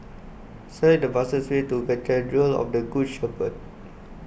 select the fastest way to Cathedral of the Good Shepherd